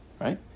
right